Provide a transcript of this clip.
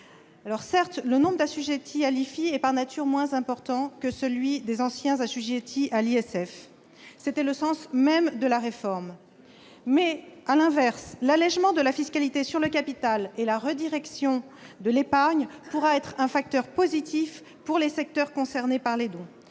Certes, le nombre d'assujettis à l'IFI est par nature moins important que le nombre de ceux qui étaient assujettis à l'ISF. C'est le sens même de la réforme. Toutefois, à l'inverse, l'allégement de la fiscalité sur le capital et la redirection de l'épargne pourront être un facteur positif pour les secteurs concernés par les dons.